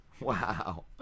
Wow